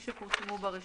עם התיקונים שהוכנסו בהם,